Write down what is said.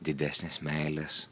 didesnės meilės